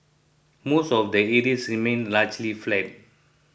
most of the areas remained largely flat